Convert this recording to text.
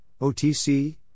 OTC